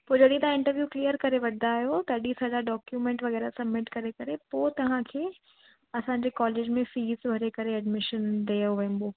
पोइ जॾहिं तव्हां इंटरव्यू क्लीयर करे वठंदा आहियो तॾहिं सॼा डोकयूमेंट वग़ैरह सबमिट करे करे पोइ तव्हांखे असांजे कोलेज में फ़ीस भरे करे एडमीशन ॾियो वेंबो